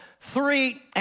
three